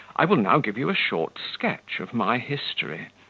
i will now give you a short sketch of my history,